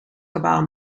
kabaal